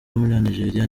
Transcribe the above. w’umunyanigeriya